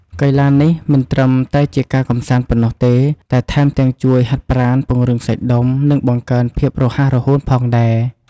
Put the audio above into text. កីឡានេះមិនត្រឹមតែជាការកម្សាន្តប៉ុណ្ណោះទេ តែថែមទាំងជួយហាត់ប្រាណ ពង្រឹងសាច់ដុំ និងបង្កើនភាពរហ័សរហួនផងដែរ។